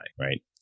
right